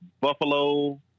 Buffalo